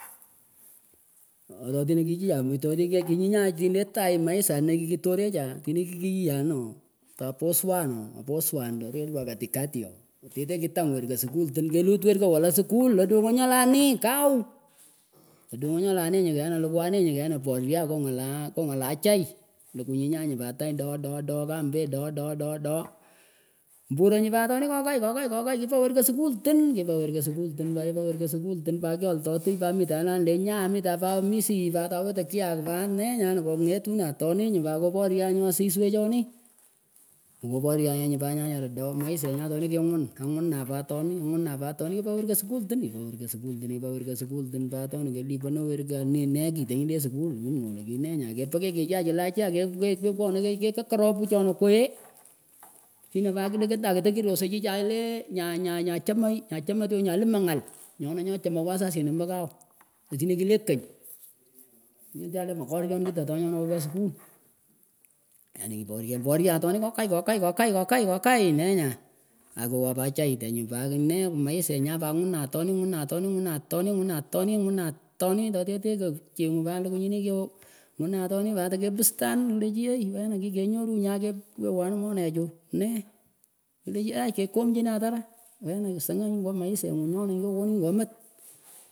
Atotinah kichichah mitoh tehkey kinyinyah tinah leh tagh maisha hina kikitorechah tinih kikiyiyanih ooh taposwan ooh poswah lah relwan katikati ooh teteh kitag werkeh skultin kewut werkah walak skull odongah nyoleh anih kawh adongoh nyoleh anin nyuh wenah klukuh aninyih wenah poryoh ngoh ngalah ngolah chai likuh nyinyanih pat tany doh doh doh kambeh doh doh doh mburanyin par tonih kokay kokay kipah werkah skulitin pah werkah skulltin pahwerkah skulltin pa kyoltoh tich pat mitan nyotanih lenyaah mitah omishih pat wetah kiyak pat neenyanah kongetunah atonih nyun pat koporyoh nyuh asisweh chonih mekaporyo nyeh nyuh pat wechara doh maishenyan tonih kingun angunah pat atonih angunah pat atonih kipan werkah skulltin kipah ngitngon leh kinenyah kepakechechah chileh achah kekekepkwonah keh keh kekaroh pchonah kwee chinah pat kdak ndakahkirosah chihchaleh nyah nyah nyah nyah choman nyah tyonchah limah ngal nyonah nyoh chama wasasib omba kwan atinah kile kany nyo tyolah le makor ya atah tonyona hawess skull yani kiporyah poryan atonih kokay kokay kokay kokay neenyah akuwah pat acheghtanyih pat nee maishenyan pat ngunah atonih nyunah atonih ngunah atonih ngunah atonih pat kepistanin klah chin ei wenah kenyorunyah nyakeh wewanih monechuh nee klah ei kekom chinah atarah wenah singah nyuh ngoh maisha enguh nyunah kyokonunyih komat.